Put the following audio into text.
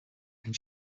and